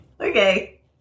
Okay